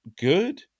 good